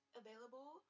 available